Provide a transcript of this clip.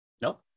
Nope